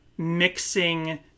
mixing